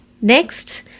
Next